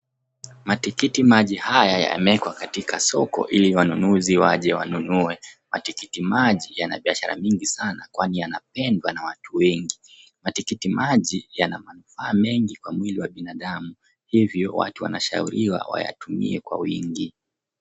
Matikiti maji haya yamewekwa katika soko ili wanunuzi waje wanunue. Matikiti maji yana biashara nyingi sana kwani yanapendwa na watu wengi. Matikiti maji yana manufaa mengi kwa mwili wa binadamu hivyo watu wanashauriwa wayatumie kwa wingi.